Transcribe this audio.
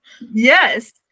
Yes